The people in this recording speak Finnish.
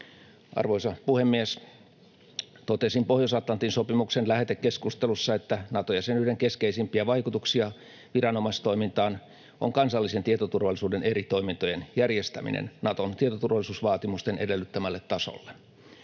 Arvoisa puhemies! Totesin Pohjois-Atlantin sopimuksen lähetekeskustelussa, että Nato-jäsenyyden keskeisimpiä vaikutuksia viranomaistoimintaan on kansallisen tietoturvallisuuden eri toimintojen järjestäminen Naton tietoturvallisuusvaatimusten edellyttämälle tasolle.